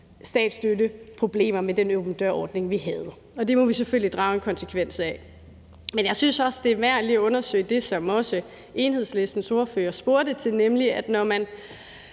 EU-statsstøtteproblemer med den åben dør-ordning, vi havde, og det må vi selvfølgelig drage en konsekvens af. Jeg synes også, det er værd lige at undersøge det, som også Enhedslistens ordfører spurgte til, nemlig at når man